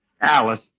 Alice